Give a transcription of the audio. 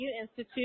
Institute